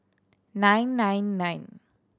nine nine nine